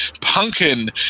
pumpkin